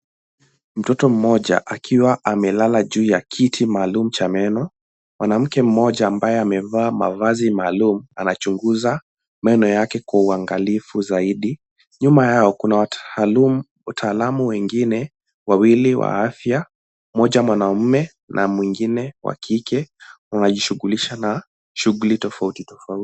Mtoto mmoja akiwa amelala juu ya kiti maalum cha meno. Mwanamke mmoja ambaye amevaa mavazi maalum anachuģuza meno yake kwa uangalifu zaidi. Nyuma yao kuna wataalam wengine wawili wa afya. Mmoja mwanaume na mwingine wa kike wanajishughulisha na shughuli tofauti tofauti.